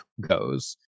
goes